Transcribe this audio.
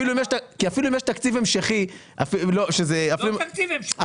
כי אפילו אם יש תקציב המשכי --- לא תקציב המשכי,